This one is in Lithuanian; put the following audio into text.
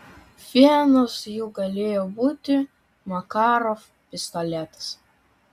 vienas jų galėjo būti makarov pistoletas